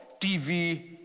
TV